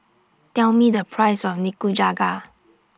Tell Me The Price of Nikujaga